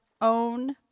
own